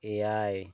ᱮᱭᱟᱭ